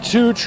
Two